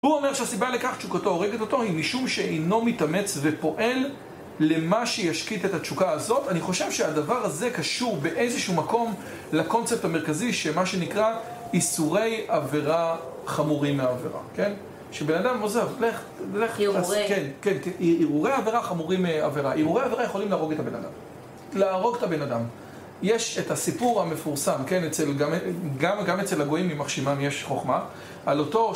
הוא אומר שהסיבה לכך תשוקתו הורגת אותו היא משום שאינו מתאמץ ופועל למה שישקיט את התשוקה הזאת. אני חושב שהדבר הזה קשור באיזשהו מקום לקונספט המרכזי, שמה שנקרא איסורי עבירה חמורים מהעבירה, כן? כשבן אדם עוזב, לך, לך... הרהורי. כן, הרהורי עבירה חמורים מעבירה. הרהורי עבירה יכולים להרוג את הבן אדם. להרוג את הבן אדם. יש את הסיפור המפורסם, כן? גם אצל הגויים ימח שמם יש חוכמה.